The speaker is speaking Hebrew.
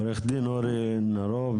עורך דין אורי נרוב,